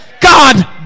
God